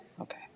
Okay